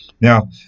Now